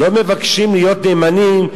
לא מבקשים להיות נאמנים,